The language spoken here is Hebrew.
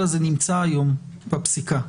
מאוד חשוב: